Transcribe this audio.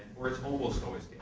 or it's almost always